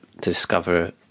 discover